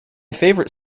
favorite